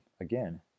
again